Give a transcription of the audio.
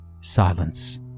Silence